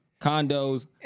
condos